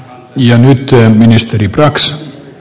ja nyt on menneestä rikosprosesseja